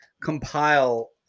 compile